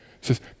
says